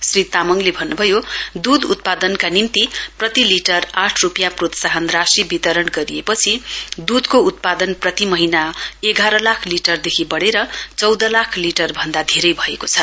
श्री तामाङले भन्नुभयो दूध उत्पादनका निम्ति प्रति लिटर आठ रूपियाँ प्रोत्साहन राशि वितरण गरिपछि दूधको उत्पादन प्रति महीना एघार लाख लिटरदेखि बढेर चौध लाख लिटर भन्दा धे भएको छ